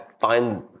find